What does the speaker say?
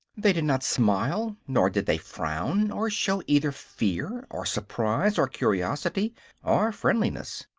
they did not smile nor did they frown, or show either fear or surprise or curiosity or friendliness.